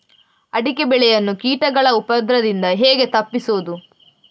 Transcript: ಅಡಿಕೆ ಬೆಳೆಯನ್ನು ಕೀಟಗಳ ಉಪದ್ರದಿಂದ ಹೇಗೆ ತಪ್ಪಿಸೋದು?